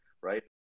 Right